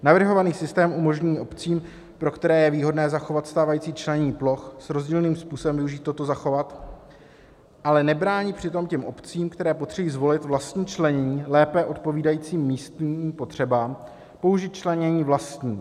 Navrhovaný systém umožní obcím, pro které je výhodné zachovat stávající členění ploch, s rozdílným způsobem využít toto zachovat (?), ale nebránit přitom těm obcím, které potřebují zvolit vlastní členění lépe odpovídající místním potřebám, použít členění vlastní.